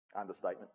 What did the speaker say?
Understatement